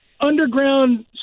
Underground